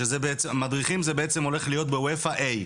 מדריכים זה הולך להיות באופ"א A?